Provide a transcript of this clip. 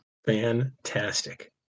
Fantastic